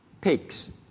pigs